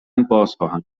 بازخواهم